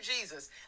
Jesus